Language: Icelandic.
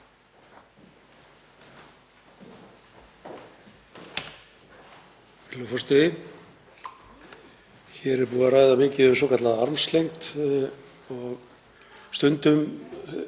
Hér er búið að ræða mikið um svokallaða armslengd, stundum